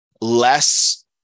less